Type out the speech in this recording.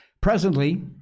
Presently